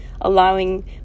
allowing